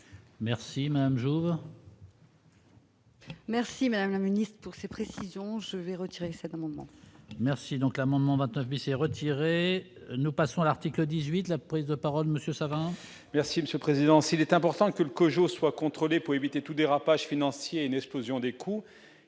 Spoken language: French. Merci madame jour. Merci, Madame la Ministre, pour ces précisions je vais retirer cet amendement. Merci donc l'amendement 29 bis retiré, nous passons à l'article 18 de la prise de parole, monsieur. Merci Monsieur le président, s'il est important que le COJO soit contrôlée pour éviter tout dérapage financier une explosion des coûts,